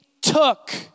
took